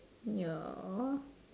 ya